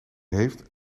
heeft